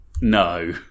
No